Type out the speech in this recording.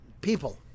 People